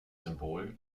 symbol